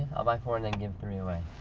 i'll buy four and then give three away.